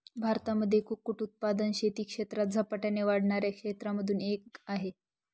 भारतामध्ये कुक्कुट उत्पादन शेती क्षेत्रात झपाट्याने वाढणाऱ्या क्षेत्रांमधून एक आहे